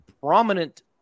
prominent